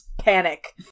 panic